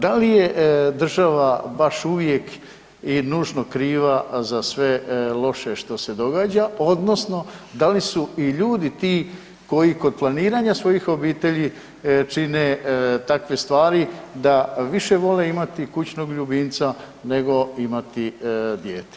Da li je država baš uvijek i nužno kriva za sve loše što se događa odnosno da li su i ljudi ti koji kod planiranja svojih obitelji, čine takve stvari da više vole imati kućnog ljubimca nego imati dijete?